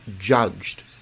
judged